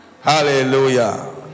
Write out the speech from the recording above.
Hallelujah